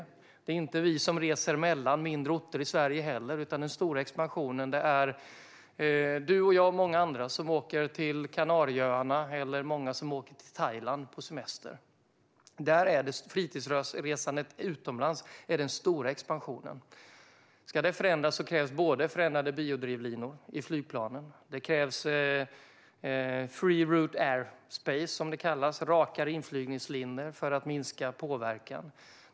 Det gäller heller inte oss som reser mellan mindre orter i Sverige, utan den stora expansionen handlar om dig och mig och många andra som åker till Kanarieöarna eller Thailand på semester. Fritidsresandet utomlands är den stora expansionen. Om detta ska förändras krävs både förändrade biodrivlinor i flygplanen och det som kallas free route airspace, det vill säga rakare inflygningslinjer för att minska påverkan.